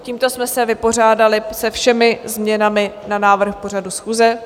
Tímto jsme se vypořádali se všemi změnami na návrh pořadu schůze.